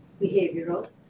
behavioral